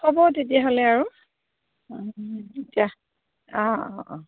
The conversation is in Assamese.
হ'ব তেতিয়াহ'লে আৰু এতিয়া অঁ অঁ অঁ